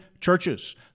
churches